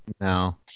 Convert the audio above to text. no